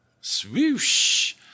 Swoosh